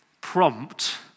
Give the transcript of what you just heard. prompt